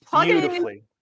beautifully